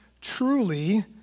truly